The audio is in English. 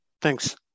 Thanks